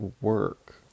work